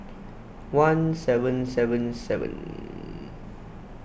one seven seven seven